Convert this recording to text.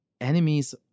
enemies